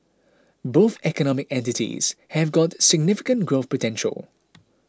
both economic entities have got significant growth potential